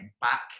back